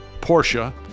Porsche